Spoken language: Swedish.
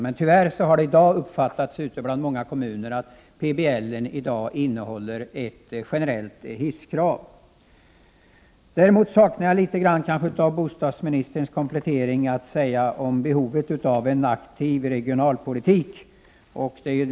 Men tyvärr har man ute i många kommuner uppfattat det så, att PBL i dag innehåller ett generellt hisskrav. Däremot saknar jag i bostadsministerns komplettering något om behovet av en aktiv regionalpolitik.